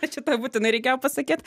čia tą būtinai reikėjo pasakyt